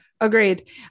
Agreed